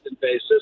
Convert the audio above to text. basis